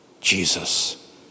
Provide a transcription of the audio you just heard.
Jesus